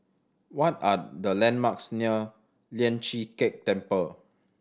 what are the landmarks near Lian Chee Kek Temple